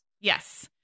Yes